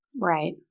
Right